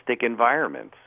environments